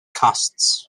casts